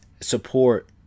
support